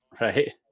Right